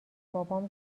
بابام